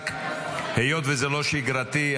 היות שזה לא שגרתי,